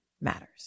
matters